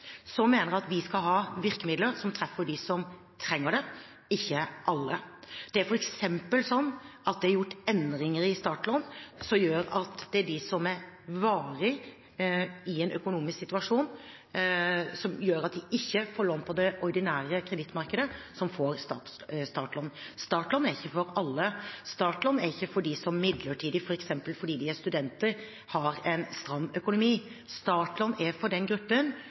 Vi skal ha virkemidler som treffer dem som trenger det – ikke alle. Det er f.eks. gjort endringer i startlån som gjør at det er de som er i en varig økonomisk situasjon som gjør at de ikke får lån i det ordinære kredittmarkedet, som får startlån. Startlån er ikke for alle, startlån er ikke for dem som midlertidig har en stram økonomi, f.eks. fordi de er studenter. Startlån er for den gruppen